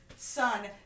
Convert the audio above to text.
son